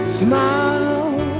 smile